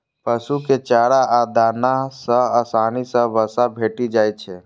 पशु कें चारा आ दाना सं आसानी सं वसा भेटि जाइ छै